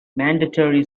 mandatory